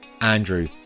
Andrew